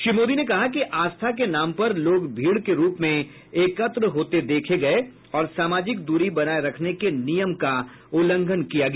श्री मोदी ने कहा कि आस्था के नाम पर लोग भीड़ के रूप में एकत्र होते देखे गये और सामाजिक दूरी बनाये रखने के नियम का उल्लंघन किया गया